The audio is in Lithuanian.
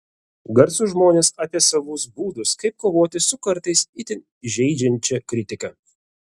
garsūs žmonės apie savus būdus kaip kovoti su kartais itin žeidžiančia kritika